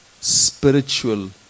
spiritual